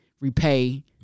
repay